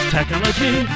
Technology